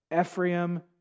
Ephraim